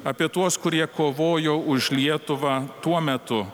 apie tuos kurie kovojo už lietuvą tuo metu